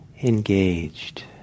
Engaged